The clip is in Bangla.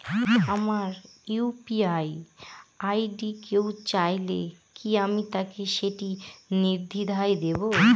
আমার ইউ.পি.আই আই.ডি কেউ চাইলে কি আমি তাকে সেটি নির্দ্বিধায় দেব?